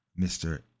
Mr